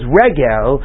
regel